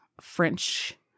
French